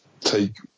take